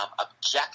object